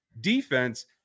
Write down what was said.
defense